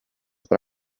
per